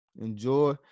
Enjoy